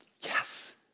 yes